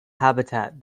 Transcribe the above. habitat